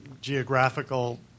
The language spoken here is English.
geographical